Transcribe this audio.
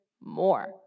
more